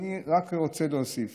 אני רק רוצה להוסיף